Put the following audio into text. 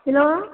hello